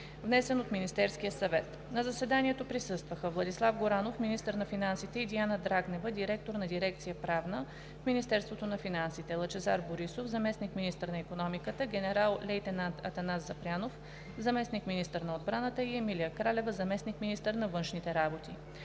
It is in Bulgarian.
внесен от Министерския съвет. На заседанието присъстваха: Владислав Горанов – министър на финансите, и Диана Драгнева – директор на дирекция „Правна“ в Министерството на финансите, Лъчезар Борисов – заместник-министър на икономиката, генерал-лейтенант Атанас Запрянов – заместник-министър на отбраната, и Емилия Кралева – заместник-министър на външните работи.